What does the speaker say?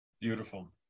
beautiful